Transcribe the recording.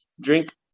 drink